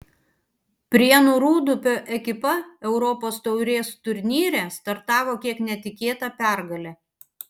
prienų rūdupio ekipa europos taurės turnyre startavo kiek netikėta pergale